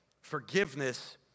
forgiveness